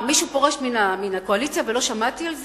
מה, מישהו פורש מהקואליציה ולא שמעתי על זה?